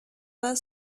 other